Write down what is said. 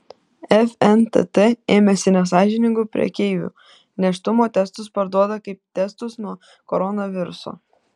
fntt ėmėsi nesąžiningų prekeivių nėštumo testus parduoda kaip testus nuo koronaviruso